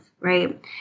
right